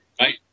Right